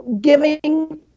giving